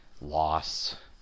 loss